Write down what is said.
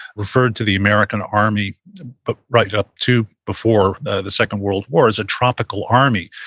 referred to the american army but right up to before the the second world war as a tropical army,